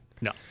no